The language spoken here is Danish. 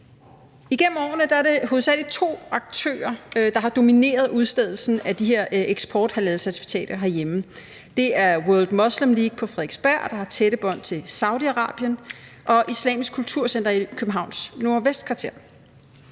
Igennem årene er det hovedsagelig to aktører, der har domineret udstedelsen af de her eksporthalalcertifikater herhjemme. Det er World Muslim League på Frederiksberg, der har tætte bånd til Saudi-Arabien, og Islamisk Kulturcenter i Københavns nordvestkvarter.